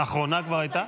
האחרונה כבר הייתה?